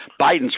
Biden's